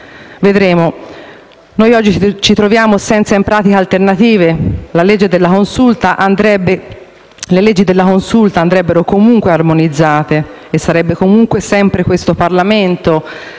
Vedremo. Noi oggi ci troviamo senza alternative. Le leggi della Consulta andrebbero comunque armonizzate e sarebbe comunque sempre questo Parlamento